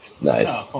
Nice